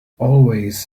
always